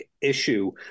issue